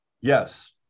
Yes